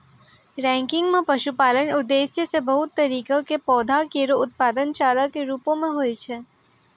ranking म पशुपालन उद्देश्य सें बहुत तरह क पौधा केरो उत्पादन चारा कॅ रूपो म होय छै